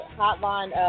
hotline